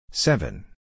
Seven